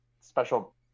special